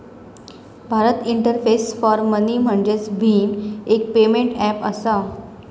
Bharat interface for money म्हणजेच भीम, एक पेमेंट ऐप असा